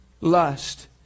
lust